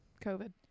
COVID